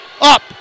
Up